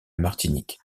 martinique